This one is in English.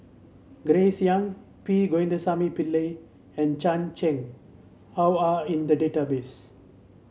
Grace Young P Govindasamy Pillai and Chan Chang How are in the database